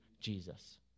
Jesus